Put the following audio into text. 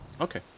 Okay